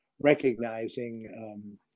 recognizing